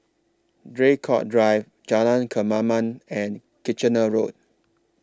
Draycott Drive Jalan Kemaman and Kitchener Road